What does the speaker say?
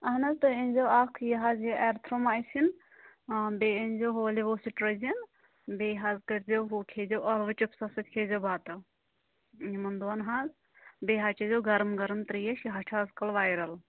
اہن حظ تُہۍ أنزیٚو اکھ یہِ حظ یہِ ایٚزتھرومایسیٖن بیٚیہِ أنزیٚو ہہُ لِووسِٹرِزیٖن بیٚیہِ حظ کٔرزیٚو ہہُ کھیٚزیٚو ٲلوٕ چِپسَس سۭتۍ کھیٚزیٚو بَتہٕ یمن دۄہَن حظ بیٚیہِ حظ چیزیٚو گرم گرم تریٚش یہِ حظ چھ آزکل وایرَل